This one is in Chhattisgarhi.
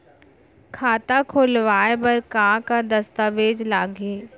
खाता खोलवाय बर का का दस्तावेज लागही?